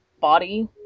body